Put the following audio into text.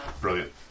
Brilliant